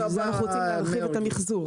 ולכן אנחנו רוצים להרחיב את המחזור.